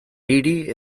hiri